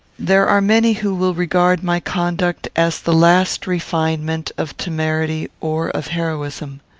there are many who will regard my conduct as the last refinement of temerity, or of heroism.